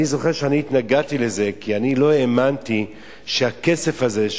אני זוכר שאני התנגדתי לזה כי אני לא האמנתי שהכסף הזה,